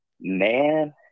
man